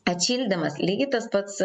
atšildymas lygiai tas pats